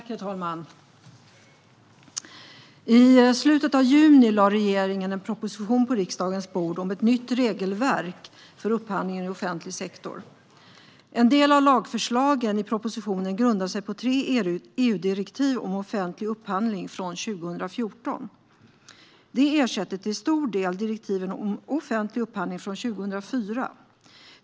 Herr talman! I slutet av juni lade regeringen en proposition på riksdagens bord om ett nytt regelverk för upphandling i offentlig sektor. En del av lagförslagen i propositionen grundar sig på tre EU-direktiv om offentlig upphandling från 2014. De ersätter till stor del direktiven om offentlig upphandling från 2004.